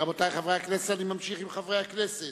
רבותי חברי הכנסת, אני ממשיך עם חברי הכנסת.